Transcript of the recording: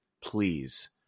please